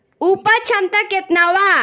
उपज क्षमता केतना वा?